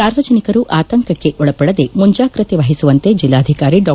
ಸಾರ್ವಜನಿಕರು ಆತಂಕಕ್ಕೆ ಒಳಪಡದೇ ಮುಂಜಾಗ್ರತೆ ಮಹಿಸುವಂತೆ ಜಲ್ಲಾಧಿಕಾರಿ ಡಾ